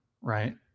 right